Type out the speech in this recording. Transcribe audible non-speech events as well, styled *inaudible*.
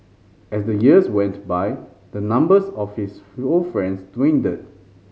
as the years went by the numbers of his *unintelligible* friends dwindled